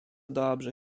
dobrze